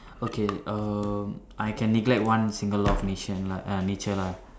okay um I can neglect one single law of nature err nature lah